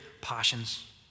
passions